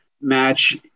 match